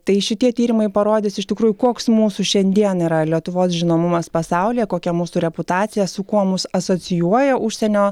tai šitie tyrimai parodys iš tikrųjų koks mūsų šiandien yra lietuvos žinomumas pasaulyje kokia mūsų reputacija su kuo mus asocijuoja užsienio